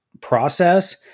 process